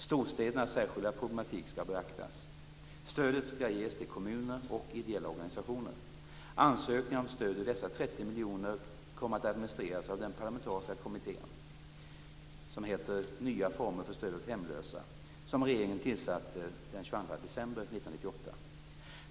Storstädernas särskilda problematik skall beaktas. Stödet skall ges till kommuner och ideella organisationer. Ansökningar om stöd ur dessa 30 miljoner kommer att administreras av den parlamentariska kommittén Nya former för stöd åt hemlösa, som regeringen tillsatte den 22 december 1998.